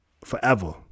forever